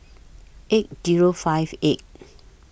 eight Zero five eight